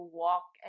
walk